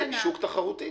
שוק תחרותי.